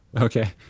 Okay